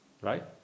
Right